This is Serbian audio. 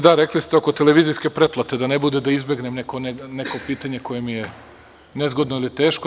Da, rekli ste oko televizijske pretplate, da ne bude da izbegavam neko pitanje koje mi je nezgodno ili teško.